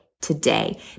today